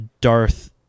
Darth